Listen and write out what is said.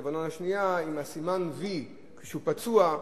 לבנון השנייה עם הסימן "וי" כשהוא פצוע.